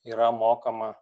yra mokama